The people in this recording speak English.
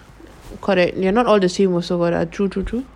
correct you're not all the same also lah true true true